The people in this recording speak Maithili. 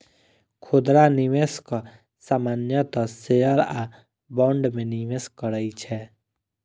खुदरा निवेशक सामान्यतः शेयर आ बॉन्ड मे निवेश करै छै